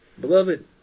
Beloved